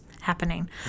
happening